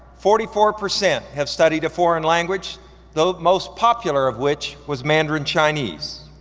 forty four percent have studied a foreign language though most popular of which was mandarin chinese.